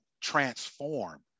transform